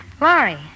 Laurie